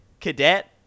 cadet